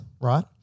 right